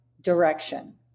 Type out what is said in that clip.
direction